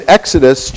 Exodus